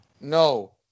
No